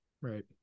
Right